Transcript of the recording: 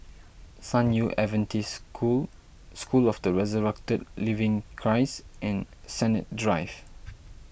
San Yu Adventist School School of the Resurrected Living Christ and Sennett Drive